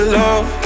love